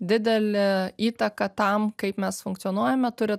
didelę įtaką tam kaip mes funkcionuojame turi